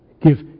Give